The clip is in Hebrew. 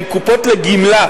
הן קופות לגמלה,